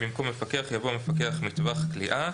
במקום "מפקח" יבוא "מפקח מטווח קליעה".